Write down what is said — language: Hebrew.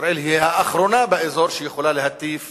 ישראל היא האחרונה באזור שיכולה להטיף